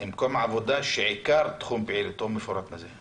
מקום עבודה שעיקר תחום פעילותו מפורט בזה.